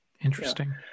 Interesting